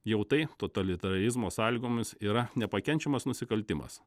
jau tai totalitarizmo sąlygomis yra nepakenčiamas nusikaltimas